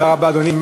תודה רבה, אדוני.